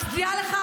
מצדיעה לך,